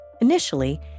Initially